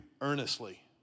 earnestly